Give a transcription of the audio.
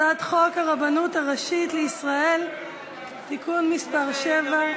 הצעת חוק הרבנות הראשית לישראל (תיקון מס' 7),